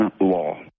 Law